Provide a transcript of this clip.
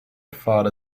fare